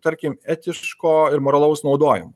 tarkim etiško ir moralaus naudojimo